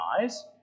eyes